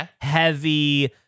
heavy